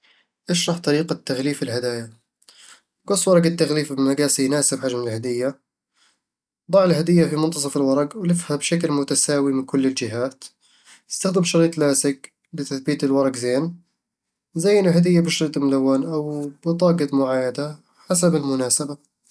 اشرح طريقة تغليف الهدايا. قص ورق التغليف بمقاس يناسب حجم الهدية ضع الهدية في منتصف الورق ولفّها بشكل متساوي من كل الجهات استخدم شريط لاصق لتثبيت الورق زين زَيّن الهديّة بشريط ملون أو بطاقة معايدة حسب المناسبة